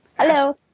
Hello